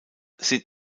sind